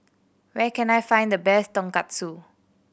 where can I find the best Tonkatsu